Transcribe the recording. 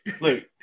Look